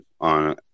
on